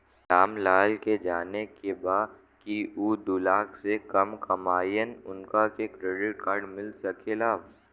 राम लाल के जाने के बा की ऊ दूलाख से कम कमायेन उनका के क्रेडिट कार्ड मिल सके ला?